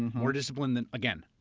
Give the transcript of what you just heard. more disciplined than. again,